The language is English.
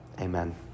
Amen